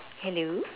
hello